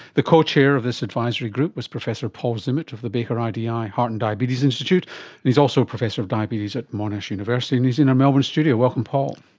the co-chair of this advisory group was professor paul zimmet of the baker idi heart and diabetes institute and he's also professor of diabetes at monash university, and he's in our melbourne studio. welcome paul.